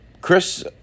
Chris